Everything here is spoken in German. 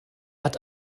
hat